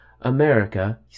America